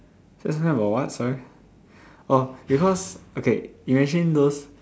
just now got what sorry oh because okay imagine those